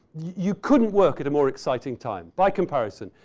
you couldn't work in a more exciting time by comparison.